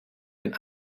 den